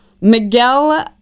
Miguel